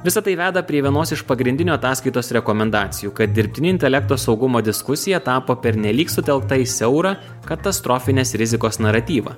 visa tai veda prie vienos iš pagrindinių ataskaitos rekomendacijų kad dirbtinio intelekto saugumo diskusija tapo pernelyg sutelkta į siaurą katastrofinės rizikos naratyvą